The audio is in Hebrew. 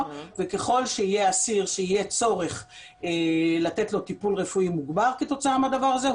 וככל שיהיה אסיר שיהיה צורך לתת לו טיפול רפואי מוגבר כתוצאה מהדבר הזה,